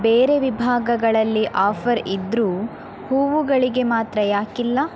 ಬೇರೆ ವಿಭಾಗಗಳಲ್ಲಿ ಆಫರ್ ಇದ್ದರೂ ಹೂವುಗಳಿಗೆ ಮಾತ್ರ ಯಾಕಿಲ್ಲ